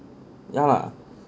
ya lah